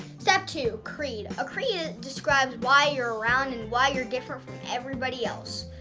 step two creed a creed ah describes why you're around and why you're different from everybody else.